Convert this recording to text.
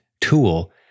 tool